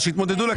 שיתמודדו לכנסת.